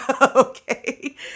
Okay